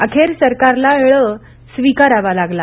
अखेर सरकारला ळ स्वीकारावा लागला